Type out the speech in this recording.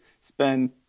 spend